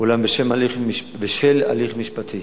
אולם בשל הליך משפטי